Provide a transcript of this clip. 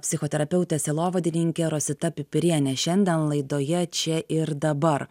psichoterapeutė sielovadininkė rosita pipirienė šiandien laidoje čia ir dabar